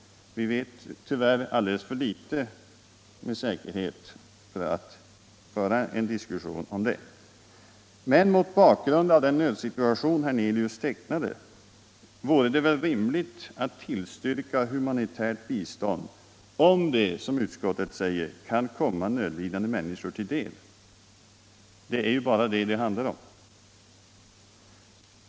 Vi vet tyvärr alldeles för litet med säkerhet för att kunna föra en diskussion om det. Men mot bakgrund av den nödsituation som herr Hernelius tecknade vore det väl rimligt att tillstyrka humanitärt bistånd om det, som utskottet säger, kan komma nödlidande människor till del. Det är ju bara detta det handlar om.